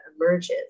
emerges